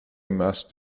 must